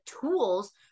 tools